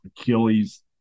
Achilles